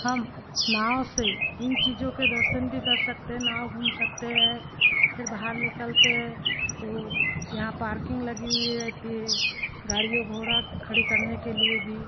हम नाव से इन चीज़ों के दर्शन भी कर सकते नाव घूम सकते है फिर बाहर निकलते है तो यहाँ पार्किंग लगी हुई रहती है गाड़ियों घोड़ा खड़ी करने के लिए भी